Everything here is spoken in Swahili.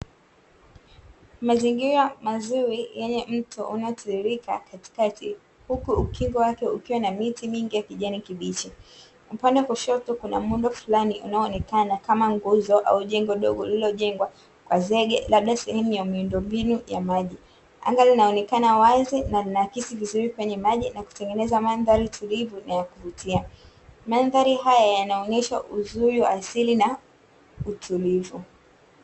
Mazingira mazuri yenye mto unaotiririka katikati huku ukingo wake ukiwa na miti mingi kijani kibichi. Upande wa kushoto kuna muundo fulani unaonekana kama nguzo au jengo dogo linalojengwa kwa zege, labda sehemu ya miundombinu ya maji. Anga linaonekana wazi na linaakisi vizuri kwenye maji kutengeneza mandhari tulivu ya kuvutia. Mandhari haya yanaonyesha uzuri wa asili na utulivu.